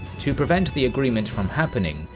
to prevent the agreement from happening,